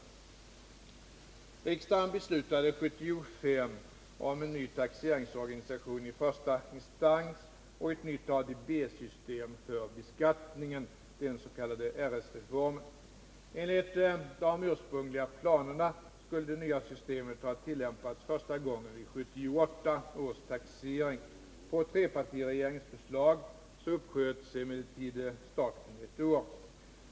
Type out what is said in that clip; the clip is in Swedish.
Riksdagen beslutade år 1975 om en ny taxeringsorganisation i första instans och ett nytt ADB-system för beskattningen, den s.k. RS-reformen. Enligt de ursprungliga planerna skulle det nya systemet ha tillämpats första gången vid 1978 års taxering. På trepartiregeringens förslag uppsköts emellertid starten ett år.